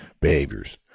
behaviors